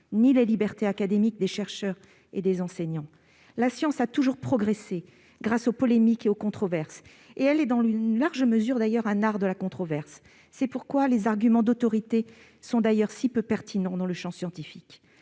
ni les libertés académiques des chercheurs et des enseignants. La science a toujours progressé grâce aux polémiques et aux controverses. Dans une large mesure, elle est même un art de la controverse. C'est d'ailleurs pourquoi les arguments d'autorité sont si peu pertinents dans le champ scientifique.